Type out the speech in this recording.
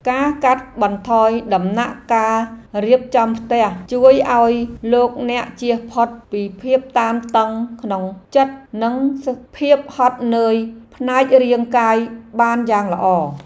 ការកាត់បន្ថយដំណាក់កាលរៀបចំផ្ទះ ជួយឱ្យលោកអ្នកជៀសផុតពីភាពតានតឹងក្នុងចិត្តនិងភាពហត់នឿយផ្នែករាងកាយបានយ៉ាងល្អ។